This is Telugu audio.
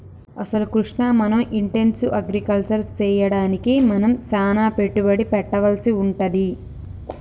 అసలు కృష్ణ మనం ఇంటెన్సివ్ అగ్రికల్చర్ సెయ్యడానికి మనం సానా పెట్టుబడి పెట్టవలసి వుంటది